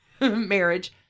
marriage